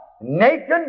naked